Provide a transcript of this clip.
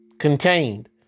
contained